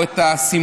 או את השמחה.